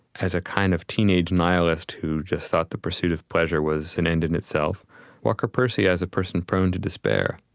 as a kind of teen-age nihilist who just thought the pursuit of pleasure was an end in itself walker percy as a person prone to despair.